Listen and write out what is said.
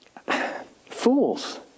fools